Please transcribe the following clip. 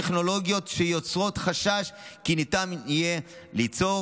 טכנולוגיות שיוצרות חשש כי ניתן יהיה ליצור